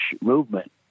movement